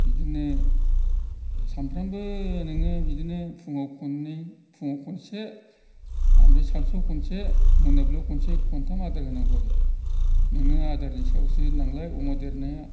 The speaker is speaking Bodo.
बिदिनो सामफ्रामबो नोङो बिदिनो फुंआव खननै फुंआव खनसे ओमफ्राय सानसुआव खनसे ओमफ्राय मोनाब्लिआव खनसे खनथाम आदार होनांगौ आरो नोङो आदारनि सायावसो नालाय अमा देरनाया